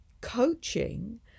coaching